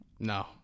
No